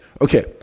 Okay